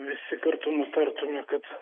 visi kartu nutartume kad